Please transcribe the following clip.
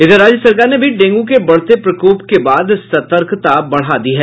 उधर राज्य सरकार ने भी डेंगू के बढ़ते प्रकोप के बाद सतर्कता बढ़ा दी है